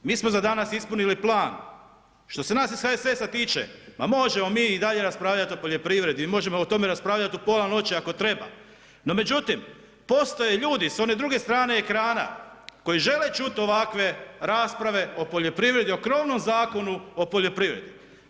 Draga gospodo mi smo za danas ispunili plan, što se nas iz HSS-a tiče ma možemo mi i dalje raspravljati o poljoprivredi, možemo o tome raspravljati u pola noći ako treba, no međutim postoje ljudi s one drugi strane ekrana koji žele čut ovakve rasprave o poljoprivredni o krovnom Zakonu o poljoprivredi.